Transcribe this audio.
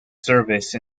service